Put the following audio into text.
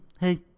hey